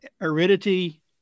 Aridity